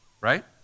right